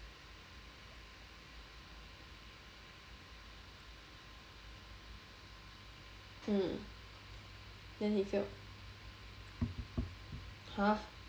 mm then he failed !huh!